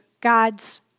God's